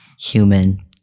human